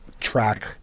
track